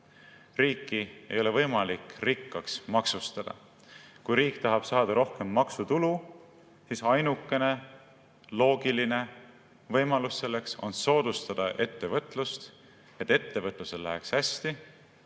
Riiki ei ole võimalik rikkaks maksustada. Kui riik tahab saada rohkem maksutulu, siis ainukene loogiline võimalus selleks on soodustada ettevõtlust, et ettevõtlusel läheks hästi,